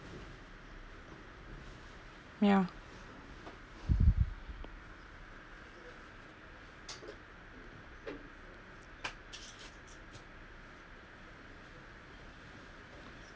yeah